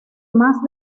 más